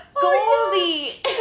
Goldie